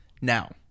Now